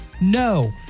No